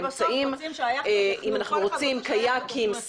אם אנחנו רוצים קיאקים,